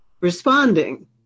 responding